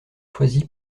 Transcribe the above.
choisi